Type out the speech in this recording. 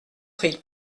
prix